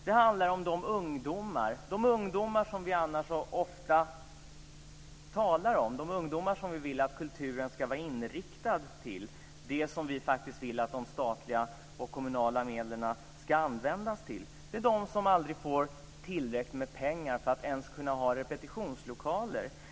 Det handlar om de ungdomar som vi annars så ofta talar om - de ungdomar som vi vill att kulturen ska vara inriktad på - och om det som vi vill att de statliga och kommunala medlen ska användas till. Det gäller dem som aldrig får tillräckligt med pengar för att ens kunna ha repetitionslokaler.